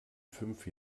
fünf